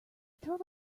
throw